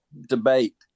debate